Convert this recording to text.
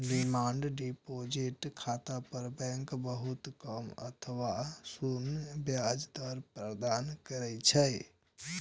demand deposit खाता पर bank बहुत कम अथवा शून्य ब्याज दर प्रदान करै छै